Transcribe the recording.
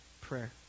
prayer